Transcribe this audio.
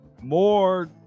more